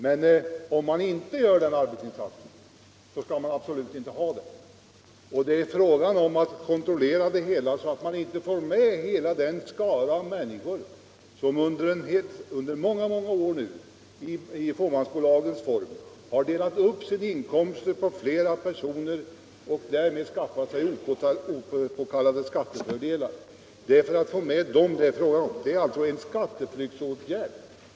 Men om man inte gör den arbetsinsatsen, så skall man absolut inte ha denna möjlighet. Och det är fråga om att kontrollera detta, så att vi inte får med hela den skara av människor som under många, många år nu i fåmansbolagens form har delat upp inkomsten på flera personer och därmed skaffat sig opåkallade skattefördelar. Det gäller här alltså en åtgärd för att förhindra skatteflykt.